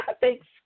Thanks